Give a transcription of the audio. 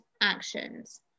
actions